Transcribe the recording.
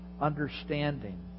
understanding